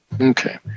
Okay